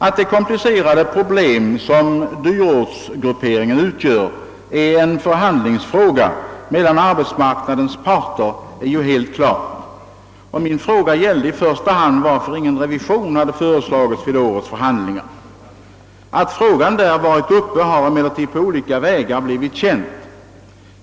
Att det komplicerade problem, som dyrortsgrupperingen utgör, är en förhandlingsfråga mellan arbetsmarknadens parter står ju helt klart, och min fråga gällde i första hand varför ingen revision hade föreslagits vid årets förhandlingar. Att frågan därvid varit uppe till behandling har emellertid på olika vägar blivit känt.